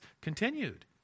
continued